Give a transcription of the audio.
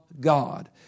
God